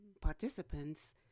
participants